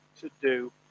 to-do